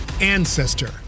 ancestor